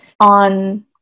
on